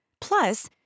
Plus